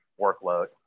workload